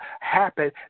happen